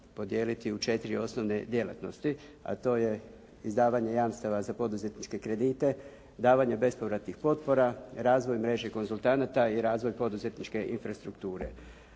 u četiri osnovne djelatnosti, a to je izdavanje jamstava za poduzetničke kredite, davanje bespovratnih potpora, razvoj mreže konzultanata i razvoj poduzetničke infrastrukture.